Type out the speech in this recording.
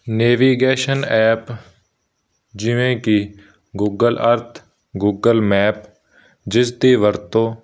navigation app ਜਿਵੇਂ ਕਿ Google Earth Google map ਜਿਸ ਦੀ ਵਰਤੋਂ